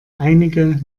einige